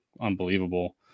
unbelievable